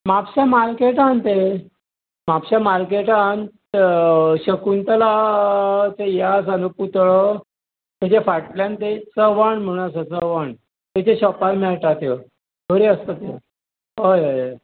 म्हापश्यां मार्केटान तें म्हापश्या मार्केटान ते शकुंतला ते हे आसा न्हय पुतळो ताच्या फाटल्यान ते चव्हाण म्हणून आसा चव्हाण ताच्या शॉपार मेळटा त्यो बऱ्यो आसता त्यो हय हय